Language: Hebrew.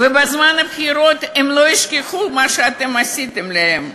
ובזמן הבחירות הם לא ישכחו מה שאתם עשיתם להם.